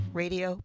radio